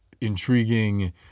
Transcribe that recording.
intriguing